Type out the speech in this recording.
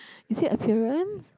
is it apparence